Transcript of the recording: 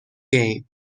game